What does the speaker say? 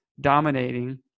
dominating